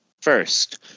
First